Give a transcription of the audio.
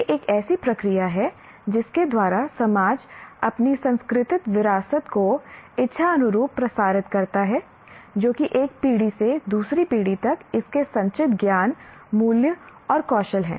यह एक ऐसी प्रक्रिया है जिसके द्वारा समाज अपनी सांस्कृतिक विरासत को इच्छानुरूप प्रसारित करता है जो कि एक पीढ़ी से दूसरी पीढ़ी तक इसके संचित ज्ञान मूल्य और कौशल है